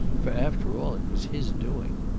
for after all it was his doing.